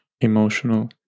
emotional